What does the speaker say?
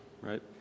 right